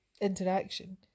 interaction